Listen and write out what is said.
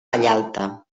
vallalta